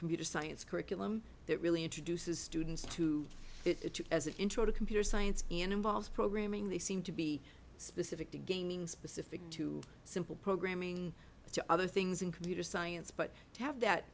computer science curriculum that really introduces students to it as an intro to computer science and involves programming they seem to be specific to gaming specific to simple programming to other things in computer science but to have that